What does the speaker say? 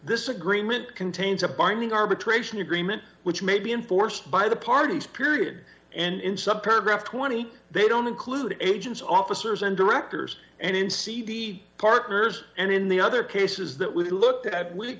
this agreement contains a binding arbitration agreement which may be enforced by the parties period and in sub par graph twenty they don't include agents officers and directors and in c v partners and in the other cases that we've looked at